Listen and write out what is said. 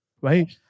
right